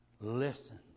listens